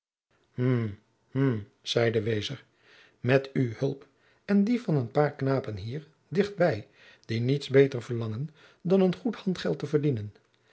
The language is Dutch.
zeide wezer met oe hulp en die van een paôr knaôpen hier dicht bij die niets beter verlangen dan een goed handgeld te verdienen